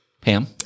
Pam